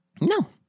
No